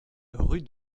rue